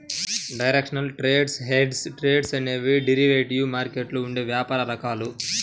directional trades, hedged trades అనేవి derivative మార్కెట్లో ఉండే వ్యాపార రకాలు